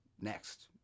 next